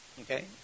okay